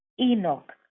Enoch